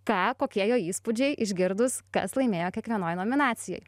ką kokie jo įspūdžiai išgirdus kas laimėjo kiekvienoj nominacijoj